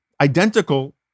identical